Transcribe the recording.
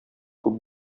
күп